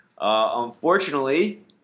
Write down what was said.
Unfortunately